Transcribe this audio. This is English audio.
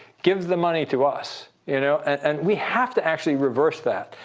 give the money to us. you know and we have to actually reverse that.